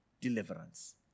deliverance